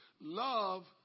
Love